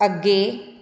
ਅੱਗੇ